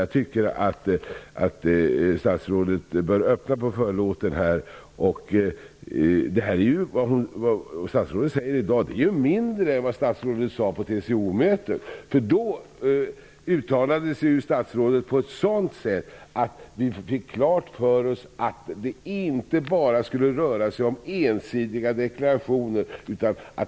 Jag tycker att statsrådet bör lyfta på förlåten. Vad statsrådet säger i dag är mindre än vad statsrådet sade på TCO-mötet. Då uttalade sig statsrådet på ett sådant sätt att vi fick klart för oss att det inte bara skulle röra sig om ensidiga deklarationer.